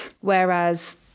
Whereas